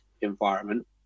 environment